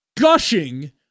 Gushing